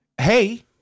hey